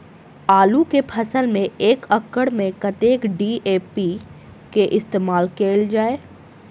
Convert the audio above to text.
आलु केँ फसल मे एक एकड़ मे कतेक डी.ए.पी केँ इस्तेमाल कैल जाए?